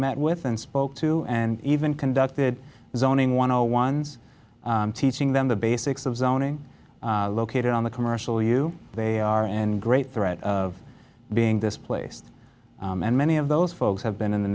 met with and spoke to and even conducted zoning one or ones teaching them the basics of zoning located on the commercial you they are in great threat of being displaced and many of those folks have been in the